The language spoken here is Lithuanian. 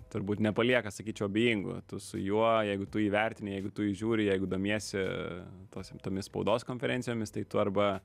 turbūt nepalieka sakyčiau abejingų tu su juo jeigu tu jį vertini jeigu tu jį žiūri jeigu domiesi tos tomis spaudos konferencijomis tai tu arba